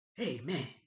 Amen